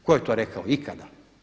Tko je to rekao ikada?